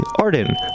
Arden